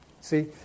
See